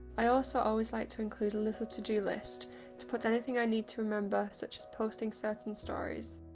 i also always like to include a little to do list to put anything i need to remember such as posting certain stories.